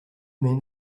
men